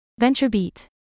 VentureBeat